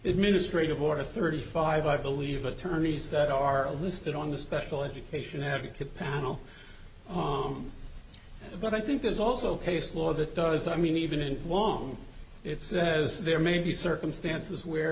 administrative order of thirty five i believe attorneys that are listed on the special education advocate panel on but i think there's also case law that does i mean even if it won't it says there may be circumstances where